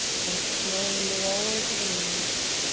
great, slowly lower to the knees.